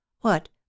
What